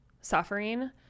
suffering